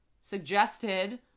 suggested